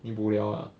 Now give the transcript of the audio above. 你 bo liao ah